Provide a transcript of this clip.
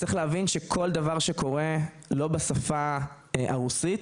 צריך להבין שכל דבר שקורה שלא בשפה הרוסית,